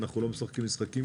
אנחנו לא משחקים משחקים,